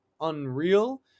unreal